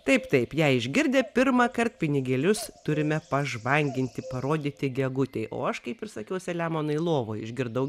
taip taip ją išgirdę pirmąkart pinigėlius turime pažvanginti parodyti gegutei o aš kaip ir sakiau salemonai lovoj išgirdau